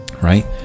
right